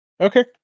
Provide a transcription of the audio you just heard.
Okay